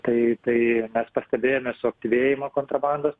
tai tai mes pastebėjome suaktyvėjimą kontrabandos